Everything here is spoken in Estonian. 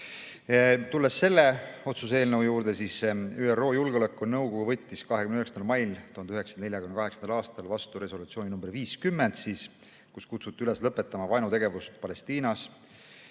mujal. Tulles selle otsuse eelnõu juurde, siis ÜRO Julgeolekunõukogu võttis 29. mail 1948. aastal vastu resolutsiooni nr 50, kus kutsuti üles lõpetama vaenutegevust Palestiinas